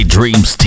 Dreams